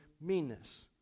meanness